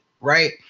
right